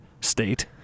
state